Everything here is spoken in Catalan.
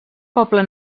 poble